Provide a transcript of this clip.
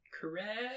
correct